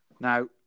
Now